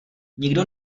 nikdo